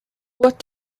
what